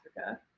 Africa